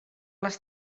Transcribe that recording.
les